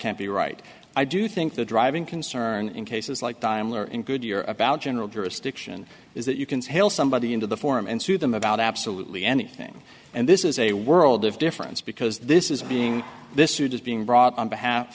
can't be right i do think the driving concern in cases like time were in good year about general jurisdiction is that you can see somebody into the form and sue them about absolutely anything and this is a world of difference because this is being this suit is being brought on behalf